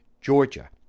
Georgia